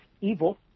evil